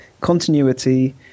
continuity